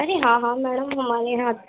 ارے ہاں ہاں میڈم ہمارے یہاں